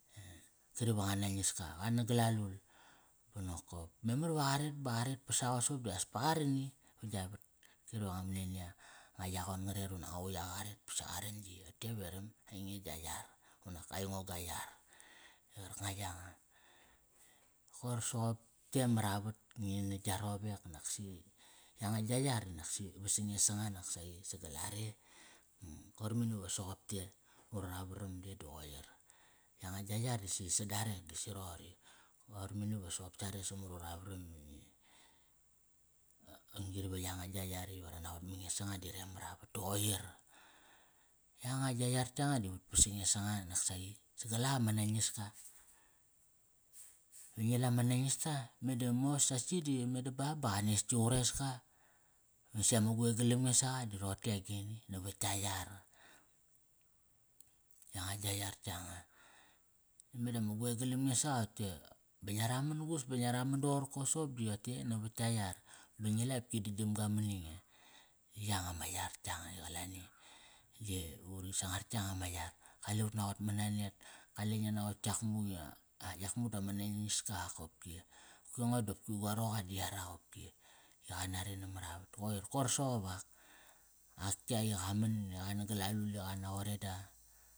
Kari va nga nangiska, qa nagal alul. Ba nokop memar iva qa ret ba qa ret ba qa ret pa saqop di as pa qa ran i va gia vat. Kari va nga manania nga yagon nga. Ret unak anga quiaqa qa ret da qa ran yi te veram ainge gia yar unak aingo gua yar Di qarkanga yanga. Koir soqop te maravat ngi ni gia rowek naksi vasa nge sanga naksi, sagal are. Koir mani va soqop te mar ura varam de di qoir Yanga gia yar si sa darek da si roqori. Qoir mani va saqop sare samatura varam. Ron gri va yanga gia yar iva ra naqot ma nge sanga di re mara vat di qoir. Yanga gia yarsi sa darek da si roqori. Qoir mani va soqop sare samat ura varam. Ron gri va yanga gia yar iva ra naqot ma nge sanga di re mara vat di qoir. Yanga gia yar yanga di vat vasa nge sanga nasaqi. Sagal ak ama nangiska. Va ngi la ma nangista, meda mos sasi di meda ba ba qa nestki qureska. Vesi ama quegalam nge saqa di roqote agini? Navat tka yar. Yanga gia yar tka nga. Meda ma guegalam nge saqa ote va ngia ramsan gus ba ngia raman doqorko soqop di ote navat tka yar. Ba ngi la opki digiam ga mani nge Yanga ma yar yanga i qalani. Di va uri sangar yanga ma yar. Kale ut naqot ma na net. Kale ngia naqot yakmuk i, a, yakmuk di ama nangiska, ak kopki. Ki aingo di opki ga roqa yarak qopki, i qa nare namar avat koir. Koir soqop ak. Nak, ak yak i qa man i qa nagal alul, i qa nagal alul, i qa na qoreda.